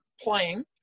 playing